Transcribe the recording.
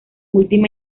última